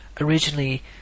originally